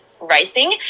racing